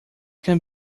can